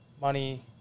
money